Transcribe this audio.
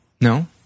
No